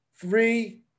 three